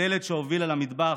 הדלת שהובילה למטבח